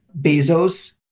Bezos